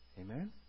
Amen